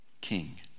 king